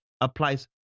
applies